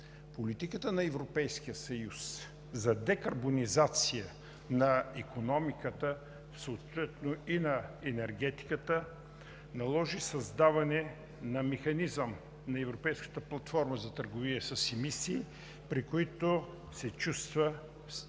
Политиката на Европейския съюз за декарбонизация на икономиката, съответно и на енергетиката, наложи създаване на механизъм на Европейската платформа за търговия с емисии, при които се чувства определен